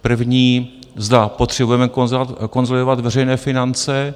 První, zda potřebujeme konsolidovat veřejné finance.